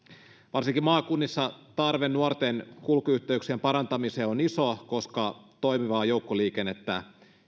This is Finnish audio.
varsinkin maakunnissa tarve nuorten kulkuyhteyksien parantamiseen on iso koska toimivaa joukkoliikennettä